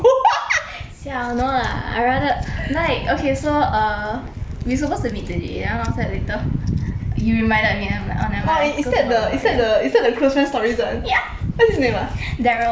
siao no lah I rather like okay so err we supposed to meet today then after that later you reminded me then I'm like oh never mind ya daryl